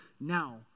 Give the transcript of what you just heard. now